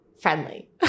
friendly